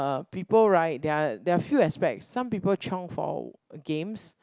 uh people right there are there are few aspects some people chiong for games